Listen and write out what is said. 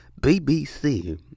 BBC